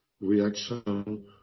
reaction